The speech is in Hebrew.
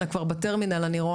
המדינה בגלל רוע